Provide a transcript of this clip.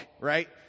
Right